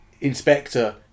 inspector